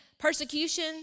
persecution